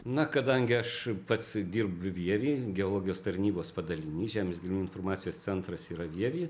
na kadangi aš pats dirbu vievy geologijos tarnybos padaliny žemės gelmių informacijos centras yra vievy